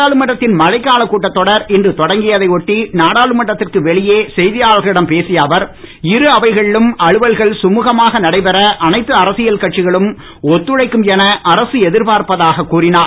நாடாளுமன்றத்தின் மழைக்கால கூட்டத் தொடர் இன்று தொடங்கியதை ஒட்டி நாடாளுமன்றத்தில் வெளியே செய்தியாளர்களிடம் பேசிய அவர் இரு அவைகளிலும் அலுவல்கள் சுமுகமாக நடைபெற அனைத்து அரசியல் கட்சிகளும் ஒத்துழைக்கும் என அரசு எதிர்பார்ப்பதாக கூறினார்